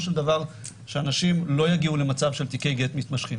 של דבר שאנשים לא יגיעו למצב של תיקי גט מתמשכים,